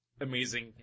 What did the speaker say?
amazing